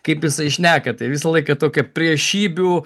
kaip jisai šneka tai visą laiką tokia priešybių